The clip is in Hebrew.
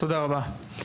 תודה רבה.